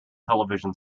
television